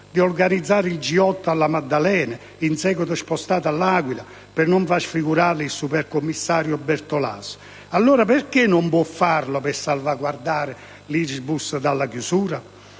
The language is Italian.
per organizzare il G8 alla Maddalena, in seguito spostato all'Aquila per non far sfigurare il supercommissario Bertolaso. E allora perché non può farlo per salvare la Irisbus dalla chiusura?